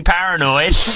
Paranoid